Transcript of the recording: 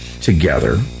together